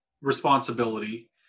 responsibility